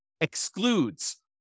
excludes